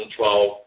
2012